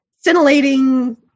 scintillating